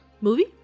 Movie